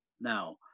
now